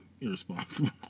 irresponsible